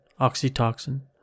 oxytocin